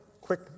quick